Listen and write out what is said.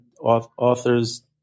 authors